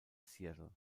seattle